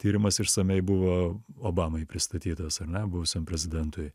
tyrimas išsamiai buvo obamai pristatytas ar ne buvusiam prezidentui